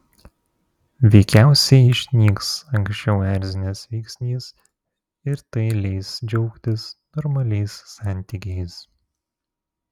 veikiausiai išnyks anksčiau erzinęs veiksnys ir tai leis džiaugtis normaliais santykiais